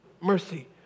Mercy